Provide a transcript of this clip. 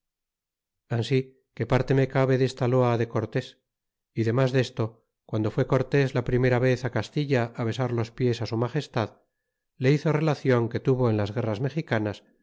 que parte me cabe desta loa de cortés y demas desto guando fué cortés la primera vez castilla besar los pies su na gestad le hizo relacion que tuvo en las guerras mexicanas